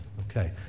Okay